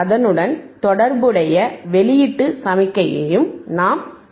அதனுடன் தொடர்புடைய வெளியீட்டு சமிக்ஞையையும் நாம் காணலாம்